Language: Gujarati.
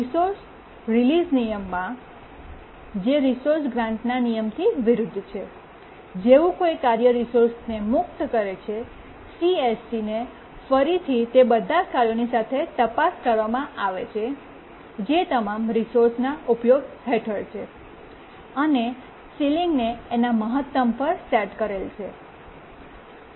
રિસોર્સ રિલીસના નિયમમાં જે રિસોર્સ ગ્રાન્ટના નિયમથી વિરુદ્ધ છે જેવું કોઈ કાર્ય રિસોર્સને મુક્ત કરે છે CSCને ફરીથી તે બધા કાર્યોની સાથે તપાસ કરવામાં આવે છે જે તમામ રિસોર્સના ઉપયોગ હેઠળ છે અને સીલીંગ ને એના મહત્તમ પર સેટ કરેલ છે